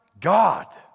God